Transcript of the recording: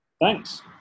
thanks